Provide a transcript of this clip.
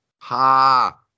Ha